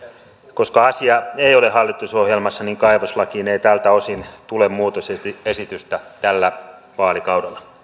koska asia ei ole hallitusohjelmassa niin kaivoslakiin ei tältä osin tule muutosesitystä tällä vaalikaudella